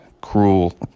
cruel